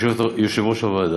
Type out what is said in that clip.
יושבת-ראש הוועדה.